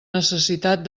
necessitat